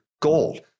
gold